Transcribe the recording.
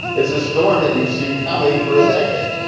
it's a storm that you've seen coming for a decade.